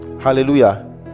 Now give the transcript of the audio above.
Hallelujah